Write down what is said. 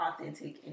authentic